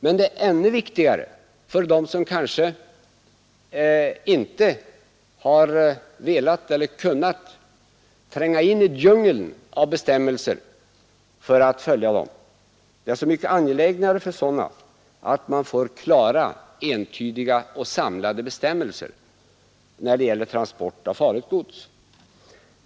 Men det är ännu viktigare för dem som kanske inte har velat eller kunnat tränga in i djungeln av bestämmelser att få klara, entydiga och samlade bestämmelser när det gäller transport av farligt gods.